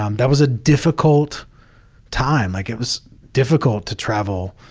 um that was a difficult time. like it was difficult to travel,